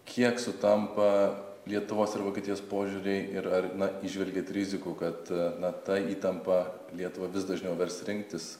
kiek sutampa lietuvos ir vokietijos požiūriai ir ar na įžvelgiat rizikų kad na ta įtampa lietuvą vis dažniau vers rinktis